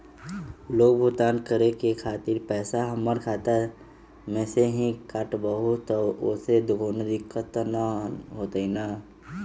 Loan भुगतान करे के खातिर पैसा हमर खाता में से ही काटबहु त ओसे कौनो दिक्कत त न होई न?